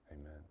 Amen